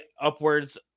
upwards